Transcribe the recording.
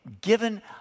given